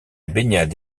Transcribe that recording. baignade